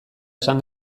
esan